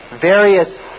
various